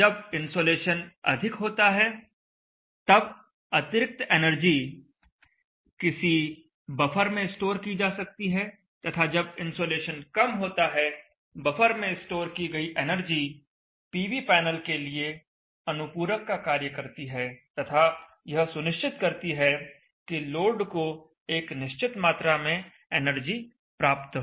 जब इंसोलेशन अधिक होता है तब अतिरिक्त एनर्जी किसी बफर में स्टोर की जा सकती है तथा जब इंसोलेशन कम होता है बफर में स्टोर की गई एनर्जी पीवी पैनल के लिए अनुपूरक का कार्य करती है तथा यह सुनिश्चित करती है कि लोड को एक निश्चित मात्रा में एनर्जी प्राप्त हो